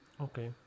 Okay